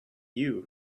you